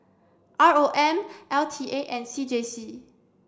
R O M L T A and C J C